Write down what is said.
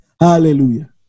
Hallelujah